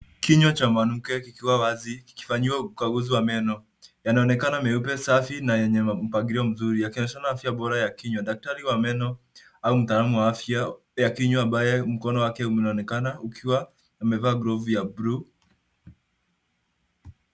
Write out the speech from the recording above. Kinywa cha mwanamke kikiwa wazi kikifanyiwa ukaguzi wa meno. Yanonekana meupe safi na yenye mpagilio mzuri yakionyeshana afya bora ya kinywa Daktari wa meno au mtaalamu wa afya ya kinywa ambaye mkono yake unaonekana ukiwa umevaa glovu ya buluu.